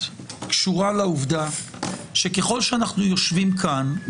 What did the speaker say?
קשורה לעובדה שככל שאנחנו יושבים כאן,